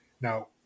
Now